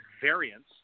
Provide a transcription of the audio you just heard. variants